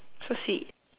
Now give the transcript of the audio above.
so sweet